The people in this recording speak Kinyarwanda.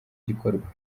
gikorwa